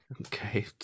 Okay